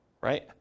Right